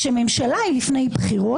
כשממשלה לפני בחירות,